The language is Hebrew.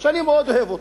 שאני מאוד אוהב אותו.